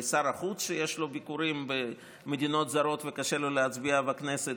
שר החוץ שיש לו ביקורים במדינות זרות וקשה לו להצביע בכנסת,